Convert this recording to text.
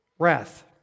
wrath